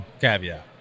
Caveat